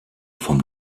vom